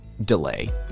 delay